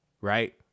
Right